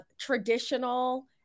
traditional